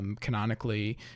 canonically